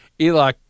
Eli